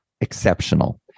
exceptional